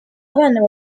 abana